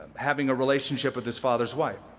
having a relationship with his father's wife.